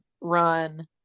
run